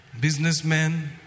Businessmen